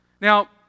Now